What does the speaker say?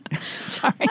sorry